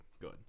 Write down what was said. good